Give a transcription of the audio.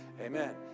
amen